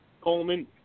Coleman